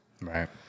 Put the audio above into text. right